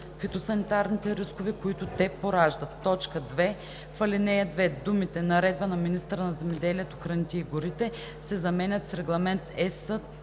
фитосанитарните рискове, които те пораждат.“ 2. В ал. 2 думите „наредба на министъра на земеделието, храните и горите“ се заменят с „Регламент (EС)